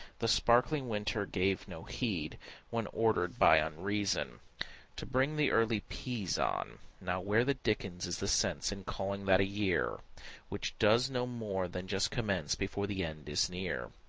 the sparkling winter gave no heed when ordered by unreason to bring the early peas on. now, where the dickens is the sense in calling that a year which does no more than just commence before the end is near?